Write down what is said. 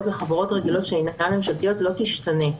לחברות רגילות שאינן ממשלתיות לא תשתנה.